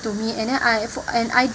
to me and then I for and I